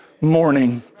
morning